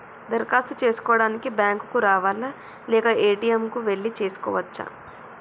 దరఖాస్తు చేసుకోవడానికి బ్యాంక్ కు రావాలా లేక ఏ.టి.ఎమ్ కు వెళ్లి చేసుకోవచ్చా?